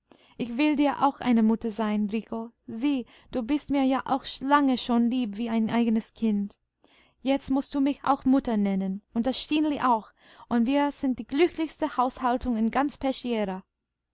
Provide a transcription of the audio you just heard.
ich will dir auch eine mutter sein rico sieh du bist mir ja auch lange schon lieb wie ein eigenes kind jetzt mußt du mich auch mutter nennen und das stineli auch und wir sind die glücklichste haushaltung in ganz peschiera